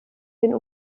den